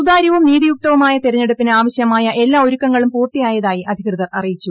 സുതാര്യവും നീതിയുക്തിവുമായ തെരഞ്ഞെടുപ്പിന് ആവശ്യമായ എല്ലാ ഒരുക്കങ്ങളും ഹൂർത്തിയായതായി അധികൃതർ അറിയിച്ചു